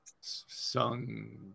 sung